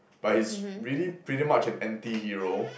but he's really pretty much an antihero